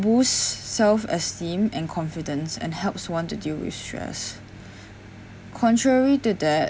boosts self-esteem and confidence and helps one to deal with stress contrary to that